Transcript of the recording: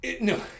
No